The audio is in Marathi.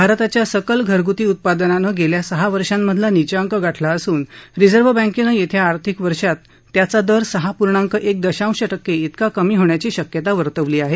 भारताच्या सकल घरग्ती उत्पादनानं गेल्या सहा वर्षामधला नीचांक गाठला असून रिझर्व्ह बँकेनं येत्या आर्थिक वर्षात त्याचा दर सहा पूर्णाक एक दशांश टक्के इतका कमी होण्याची शक्यता वर्तवली आहे